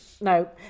no